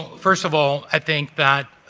first of all, i think that